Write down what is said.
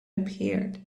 appeared